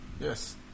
Yes